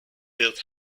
built